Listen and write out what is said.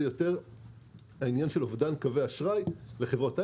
זה יותר העניין של אובדן קווי אשראי לחברות הייטק,